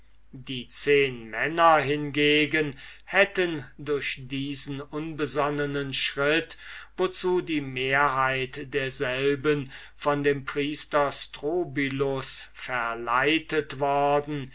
die zehnmänner hingegen hätten durch diesen unbesonnenen schritt wozu die mehrheit derselben von dem priester strobylus verleitet worden